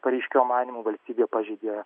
pareiškėjo manymu valstybė pažeidė